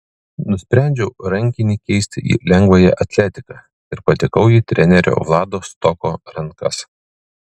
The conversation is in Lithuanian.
nusprendžiau rankinį keisti į lengvąją atletiką ir patekau į trenerio vlado stoko rankas